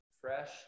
fresh